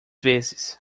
vezes